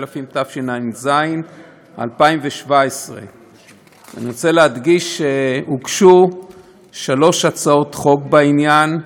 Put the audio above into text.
התשע"ז 2017. אני רוצה להדגיש שהוגשו שלוש הצעות חוק בעניין: